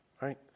right